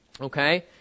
okay